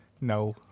No